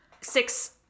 six